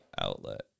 outlet